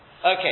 okay